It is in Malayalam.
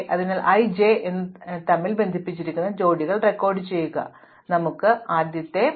അതിനാൽ i j എന്നിവ തമ്മിൽ ബന്ധിപ്പിച്ചിരിക്കുന്ന ജോഡികൾ റെക്കോർഡുചെയ്യുക എന്നതാണ് ഞങ്ങൾക്ക് ആദ്യത്തെ പ്രാതിനിധ്യം